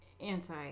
anti